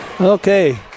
Okay